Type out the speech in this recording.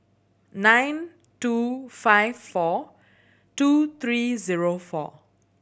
nine two five four two three zero four